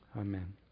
amen